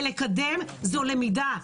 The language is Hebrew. לקדם זאת למידה.